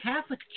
Catholic